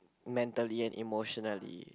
mentally and emotionally